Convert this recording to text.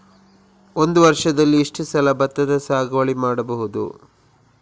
ಒಂದು ವರ್ಷದಲ್ಲಿ ಎಷ್ಟು ಸಲ ಭತ್ತದ ಸಾಗುವಳಿ ಮಾಡಬಹುದು?